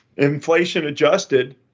Inflation-adjusted